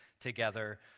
together